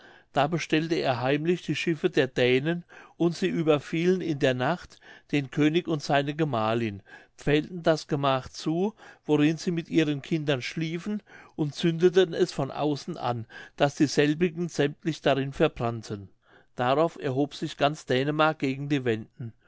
da bestellte er heimlich die schiffe der dänen und sie überfielen in der nacht den könig und seine gemahlin pfählten das gemach zu worin sie mit ihren kindern schliefen und zündeten es von außen an daß dieselbigen sämmtlich darin verbrannten darauf erhob sich ganz dänemark gegen die wenden